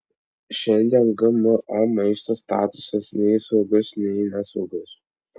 šiandien gmo maisto statusas nei saugus nei nesaugus